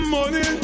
Money